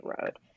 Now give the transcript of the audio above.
road